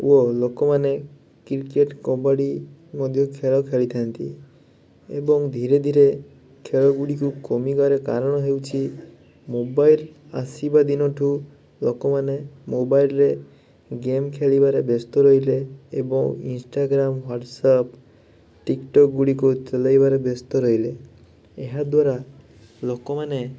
ଓ ଲୋକମାନେ କ୍ରିକେଟ୍ କବାଡ଼ି ମଧ୍ୟ ଖେଳ ଖେଳିଥାନ୍ତି ଏବଂ ଧୀରେ ଧୀରେ ଖେଳଗୁଡ଼ିକୁ କମିବାର କାରଣ ହେଉଛି ମୋବାଇଲ୍ ଆସିବା ଦିନଠୁ ଲୋକମାନେ ମୋବାଇଲ୍ରେ ଗେମ୍ ଖେଳିବାରେ ବ୍ୟସ୍ତ ରହିଲେ ଏବଂ ଇନଷ୍ଟାଗ୍ରାମ୍ ୱାଟସ୍ଆପ୍ ଟିକ୍ଟକ୍ ଗୁଡ଼ିକୁ ଚଲାଇବାରେ ବ୍ୟସ୍ତ ରହିଲେ ଏହାଦ୍ୱାରା ଲୋକମାନେ